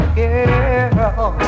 girl